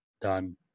done